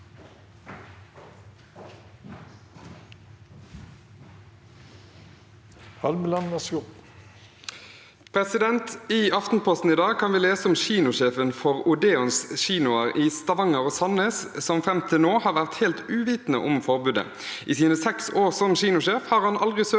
I Aftenposten i dag kan vi lese om kinosjefen for Odeons kinoer i Stavanger og Sandnes som fram til nå har vært helt uvitende om forbudet. I sine seks år som kinosjef har han aldri søkt